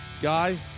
guy